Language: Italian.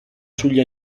sugli